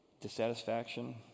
Dissatisfaction